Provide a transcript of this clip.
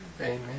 Amen